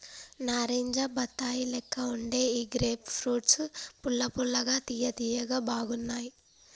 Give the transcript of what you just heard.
నారింజ బత్తాయి లెక్క వుండే ఈ గ్రేప్ ఫ్రూట్స్ పుల్ల పుల్లగా తియ్య తియ్యగా బాగున్నాయ్